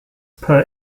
per